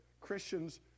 Christians